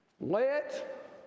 Let